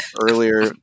earlier